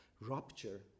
rupture